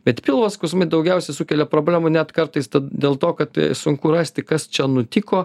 bet pilvo skausmai daugiausia sukelia problemų net kartais dėl to kad sunku rasti kas čia nutiko